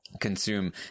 consume